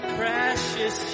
precious